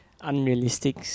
unrealistic